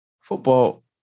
football